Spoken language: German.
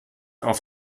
auf